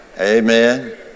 Amen